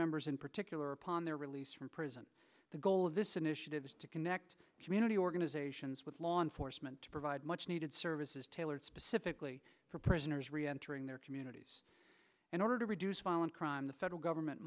members in particular upon their release from prison the goal of this initiative is to connect community organizations with law enforcement to provide much needed services tailored specifically for prisoners re entering their communities in order to reduce violent crime the federal government